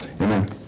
Amen